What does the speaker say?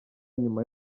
nyuma